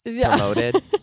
promoted